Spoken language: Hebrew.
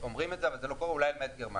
אומרים את זה אבל זה לא קורה, אולי למעט גרמניה.